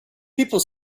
people